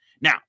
now